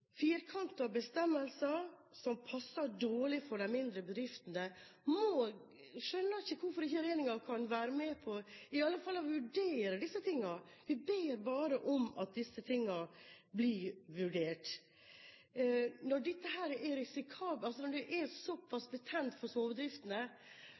har firkantede bestemmelser som passer dårlig for de mindre bedriftene. Jeg skjønner ikke hvorfor regjeringspartiene ikke kan være med på i alle fall å vurdere disse tingene, vi ber bare om at disse tingene blir vurdert. Når det er